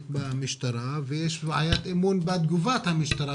במשטרה ויש בעיית אמון בתגובת המשטרה,